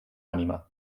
ànima